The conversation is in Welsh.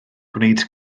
gwneud